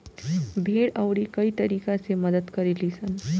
भेड़ अउरी कई तरीका से मदद करे लीसन